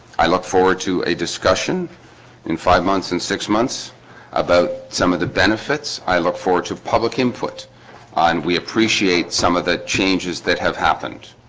i look forward to a discussion in five months and six months about some of the benefits. i look forward to public input on. we appreciate some of the changes that have happened